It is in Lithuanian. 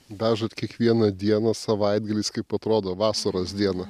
dažot kiekvieną dieną savaitgaliais kaip atrodo vasaros diena